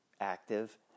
active